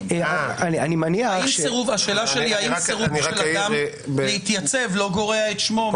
האם סירוב אדם להתייצב לא גורע את שמו מרשימת המועמדים?